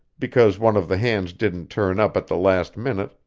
because one of the hands didn't turn up at the last minute,